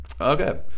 Okay